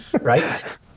Right